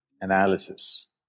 analysis